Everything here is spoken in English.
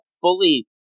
fully